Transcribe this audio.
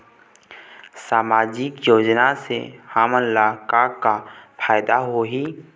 सामाजिक योजना से हमन ला का का फायदा होही?